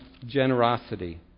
Generosity